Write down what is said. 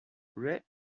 ray